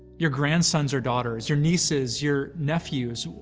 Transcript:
your grandsons or daughters, your nieces, your nephews?